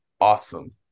awesome